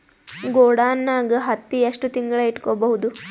ಗೊಡಾನ ನಾಗ್ ಹತ್ತಿ ಎಷ್ಟು ತಿಂಗಳ ಇಟ್ಕೊ ಬಹುದು?